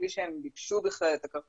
בלי שהם ביקשו את הכרטיס.